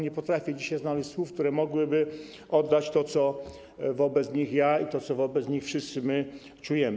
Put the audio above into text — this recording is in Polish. Nie potrafię dzisiaj znaleźć słów, które mogłyby oddać to, co wobec nich ja czuję, i to, co wobec nich wszyscy czujemy.